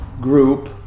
group